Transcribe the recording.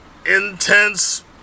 Intense